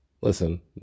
Listen